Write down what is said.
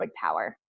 power